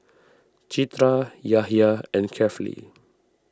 Citra Yahya and Kefli